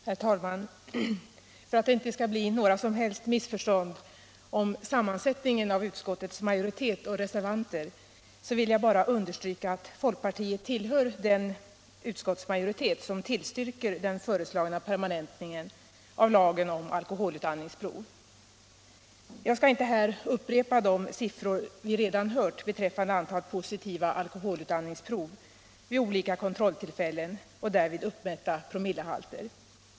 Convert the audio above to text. Herr talman! För att det inte skall bli några som helst missförstånd beträffande utskottets majoritet och reservanterna, vill jag bara understryka att folkpartiet tillhör den utskottsmajoritet som tillstyrker den föreslagna permanentningen av lagen om alkoholutandningsprov. Jag skall inte här upprepa de siffror vi redan hört beträffande antalet positiva alkoholutandningsprov vid olika kontrolltillfällen och därvid uppmätta promillehalter.